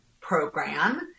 program